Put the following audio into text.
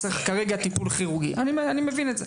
וצריך כרגע טיפול כירורגי, אני מבין את זה.